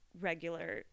Regular